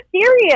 serious